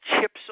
Chips